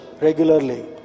regularly